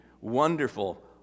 wonderful